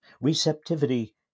receptivity